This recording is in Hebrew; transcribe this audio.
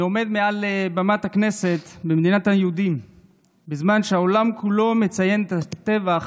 אני עומד על בימת הכנסת במדינת היהודים בזמן שהעולם כולו מציין את הטבח